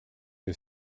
que